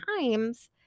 times